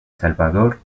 salvador